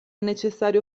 necessario